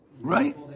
Right